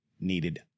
needed